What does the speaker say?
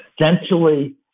essentially